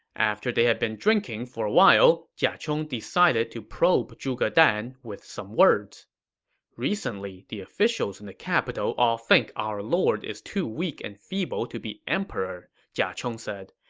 after they had been drinking for a while, jia chong decided to probe zhuge dan with some words recently, the officials in the capital all think our lord is too weak and feeble to be emperor, jia chong said.